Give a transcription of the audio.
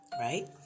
right